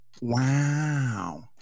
Wow